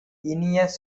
இனிய